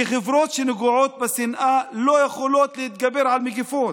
כי חברות שנגועות בשנאה לא יכולות להתגבר על מגפות.